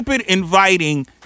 inviting